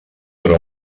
però